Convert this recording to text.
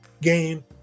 game